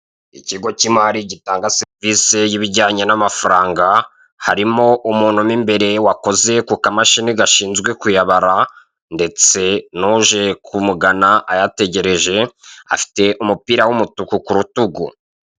Ikigo k'imari gitanga serivise yibijyanye n'amafaranga harimo umuntu mu imbere wakoze ku kamashini gashinzwe kuyabara ndetse nuje kumugana ayategereje afite umupira w'umutuku ku rutugu.